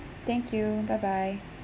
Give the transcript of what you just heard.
thank you bye bye